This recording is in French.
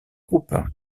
groupe